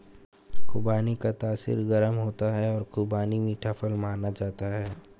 खुबानी का तासीर गर्म होता है और खुबानी मीठा फल माना जाता है